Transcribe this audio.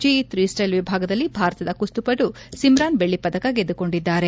G freestyle ವಿಭಾಗದಲ್ಲಿ ಭಾರತದ ಕುಸ್ತಿಪಟು ಸಿಮ್ರಾನ್ ಬೆಳ್ಳಿ ಪದಕ ಗೆದ್ದುಕೊಂಡಿದ್ದಾರೆ